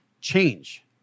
change